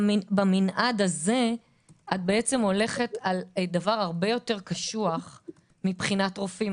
במנעד הזה את בעצם הולכת על דבר הרבה יותר קשוח מבחינת רופאים,